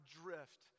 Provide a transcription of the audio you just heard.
drift